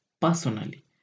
personally